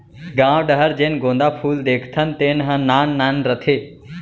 गॉंव डहर जेन गोंदा फूल देखथन तेन ह नान नान रथे